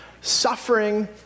suffering